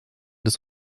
des